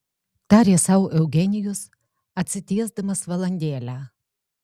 tarė sau eugenijus atsitiesdamas valandėlę